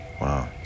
Wow